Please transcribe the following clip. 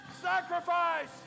Sacrifice